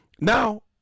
now